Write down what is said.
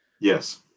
yes